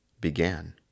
began